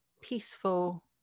peaceful